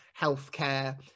healthcare